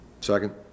Second